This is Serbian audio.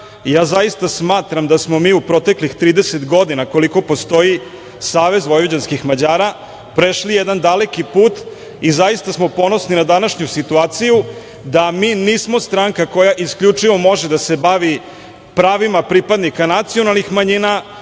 zaista smatram da smo mi u proteklih 30 godina, koliko postoji Savez vojvođanskih Mađara, prešli jedan daleki put i zaista smo ponosni na današnju situaciju da mi nismo stranka koja isključivo može da se bavi pravima pripadnika nacionalnih manjina,